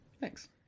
Thanks